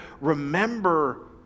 remember